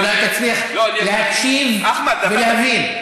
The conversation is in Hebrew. אולי תצליח להקשיב ולהבין.